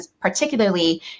particularly